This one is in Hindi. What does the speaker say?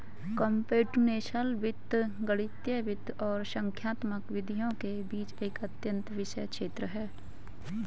कम्प्यूटेशनल वित्त गणितीय वित्त और संख्यात्मक विधियों के बीच एक अंतःविषय क्षेत्र है